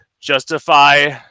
justify